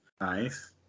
nice